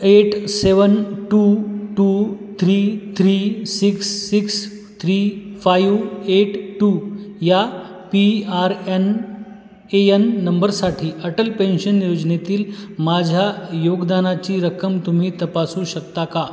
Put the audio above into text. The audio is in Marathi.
eight seven two two three three six six three five eight two या P R N A N नंबरसाठी अटल पेन्शन योजनेतील माझ्या योगदानाची रक्कम तुम्ही तपासू शकता का